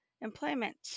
employment